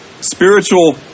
spiritual